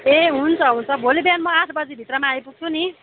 ए हुन्छ हुन्छ भोलि बिहान म आठ बजीभित्रमा आइपुग्छु नि